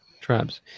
traps